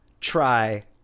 try